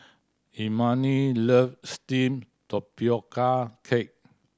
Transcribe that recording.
Imani love steamed tapioca cake